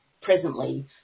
presently